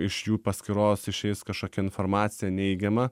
iš jų paskyros išeis kažkokia informacija neigiama